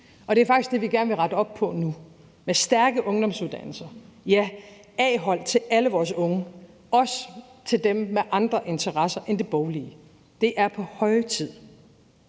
og det er faktisk det, vi gerne vil rette op på nu med stærke ungdomsuddannelser – ja, med A-hold til alle vores unge, også til dem med andre interesser end det boglige. Det er på høje tid.